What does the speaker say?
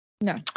no